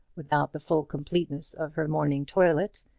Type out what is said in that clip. without the full completeness of her morning toilet,